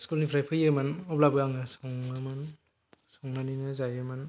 school निफ्राय फैयोमोन अब्लाबो आङो सङोमोन संनानैनो जायोमोन